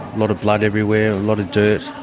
lot of blood everywhere, a lot of dirt,